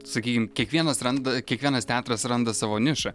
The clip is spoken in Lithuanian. sakykim kiekvienas randa kiekvienas teatras randa savo nišą